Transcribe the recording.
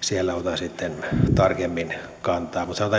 siellä otan sitten tarkemmin kantaa mutta